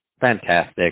Fantastic